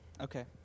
Okay